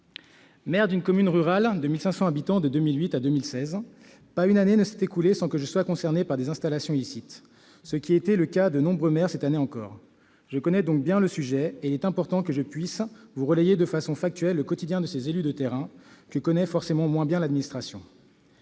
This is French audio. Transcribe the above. maire d'une commune rurale de 1 500 habitants de 2008 à 2016, et pas une année ne s'est écoulée sans que je sois concerné par des installations illicites, ce qui a été le cas de nombreux maires cette année encore. Je connais donc bien le sujet, et il est important que je puisse relayer auprès de vous de façon factuelle le quotidien de ces élus de terrain, que comprend forcément moins bien l'administration.